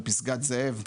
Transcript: בפסגת זאב.